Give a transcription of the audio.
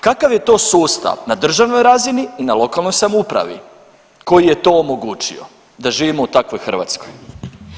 Kakav je to sustav na državnoj razini, na lokalnoj samoupravi koji je to omogućio da živimo u takvoj Hrvatskoj?